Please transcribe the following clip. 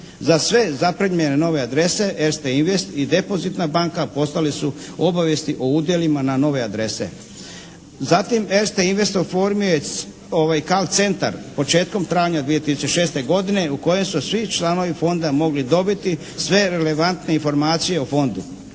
Za sve zaprimljene nove adrese ERSTE Invest i Depozitna banka poslali su obavijesti o udjelima na nove adrese. Zatim ERSTE Invest oformio je call centar početkom travnja 2006. godine u kojem su svi članovi Fonda mogli dobiti sve relevantne informacije o Fondu